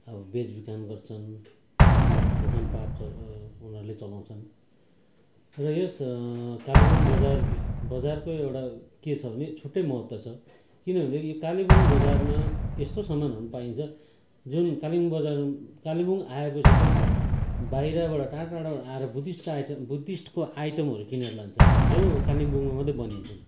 अब बेचबिखान गर्छन् होइन दोकानपातहरू उनीहरूले चलाउँछन् र यस कालिम्पोङ बजारभित्र बजारकै के छ भने छुट्टै महत्त्व छ किनभन्दाखेरि यो कालिम्पोङ बजारमा यस्तो सामानहरू पाइन्छ जुन कालिम्पोङ बजार कालिम्पोङ आएपछि चाहिँ बाहिरबाट टाढा टाढाबाट आएर बुद्धिस्टको आइटम बुद्धिस्टको आइटमहरू किनेर लान्छन् जो कालिम्पोङमा मात्रै बनिन्छन्